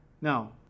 Now